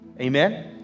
Amen